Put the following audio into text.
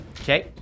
Okay